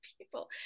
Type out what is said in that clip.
people